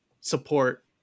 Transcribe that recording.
support